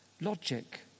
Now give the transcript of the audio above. logic